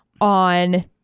on